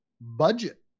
budget